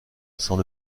sans